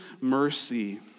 mercy